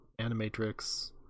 animatrix